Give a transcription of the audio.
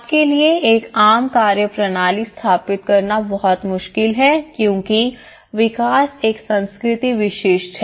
आपके लिए एक आम कार्यप्रणाली स्थापित करना बहुत मुश्किल है क्योंकि विकास एक संस्कृति विशिष्ट है